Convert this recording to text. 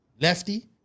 Lefty